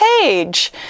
page